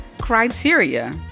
criteria